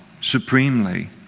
supremely